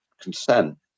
consent